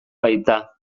baita